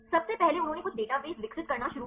सबसे पहले उन्होंने कुछ डेटाबेस विकसित करना शुरू किया